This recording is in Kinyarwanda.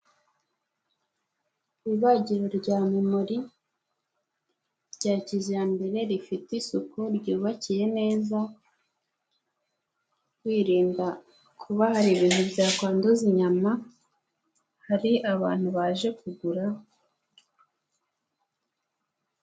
Ibagiro rya memuri rya kijyambere rifite isuku ryubakiye neza kwirinda kuba hari ibintu byakwanduza inyama hari abantu baje kugura...